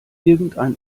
irgendein